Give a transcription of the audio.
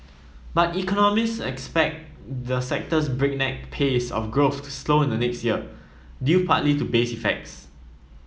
but economists expect the sector's breakneck pace of growth to slow in the next year due partly to base effects